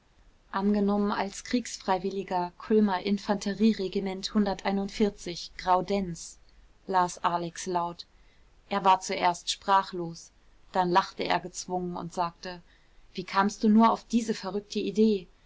angenommen als kriegsfreiwilliger kulmer infanterieregiment graudenz las alex laut er war zuerst sprachlos dann lachte er gezwungen und sagte wie kamst du nur auf diese verrückte idee